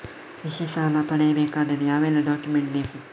ಕೃಷಿ ಸಾಲ ಪಡೆಯಬೇಕಾದರೆ ಯಾವೆಲ್ಲ ಡಾಕ್ಯುಮೆಂಟ್ ಬೇಕು?